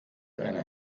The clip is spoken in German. einer